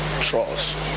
trust